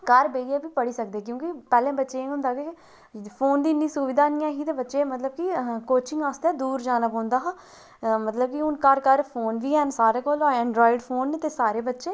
घर बेहियै भी पढ़ी सकदे क्योंकि बच्चें ई एह् होंदा की फोन दी इन्नी सुविधा नेईं ही ते बच्चें गी कोचिंग आस्तै दूर जाना पौंदा हा मतलब कि हून घर घर फोन बी हैन सभनें कोल एंड्रायड फोन न ते सारे बच्चे